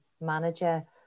manager